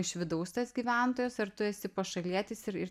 iš vidaus tas gyventojas ar tu esi pašalietis ir ir